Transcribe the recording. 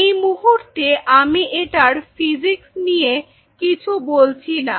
এই মুহূর্তে আমি এটার ফিজিক্স নিয়ে কিছু বলছি না